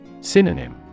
Synonym